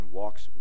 walks